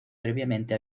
previamente